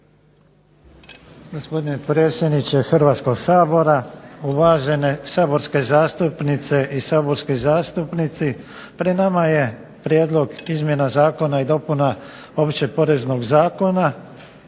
Gospodine predsjedniče Hrvatskog sabora, uvažene saborske zastupnice i zastupnici. Pred nama je Prijedlog Zakona o izmjenama i dopunama Općeg poreznog zakona,